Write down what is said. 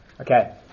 Okay